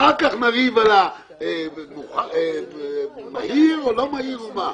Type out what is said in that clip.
אחר כך נריב על מהיר או לא מהיר, או מה.